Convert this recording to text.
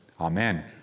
amen